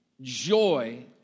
joy